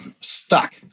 stuck